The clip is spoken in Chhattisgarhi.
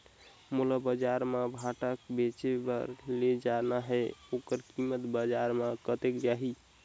मोला बजार मां भांटा बेचे बार ले जाना हे ओकर कीमत बजार मां कतेक जाही?